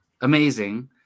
amazing